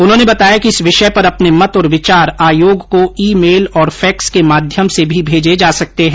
उन्होंने बताया कि इस विषय पर अपने मत और विचार आयोग को ई मेल और फैक्स के माध्यम से भी भेजे जा सकते हैं